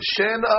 Shen